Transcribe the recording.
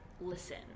listen